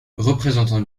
représentant